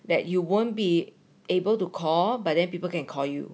that you won't be able to call but then people can call you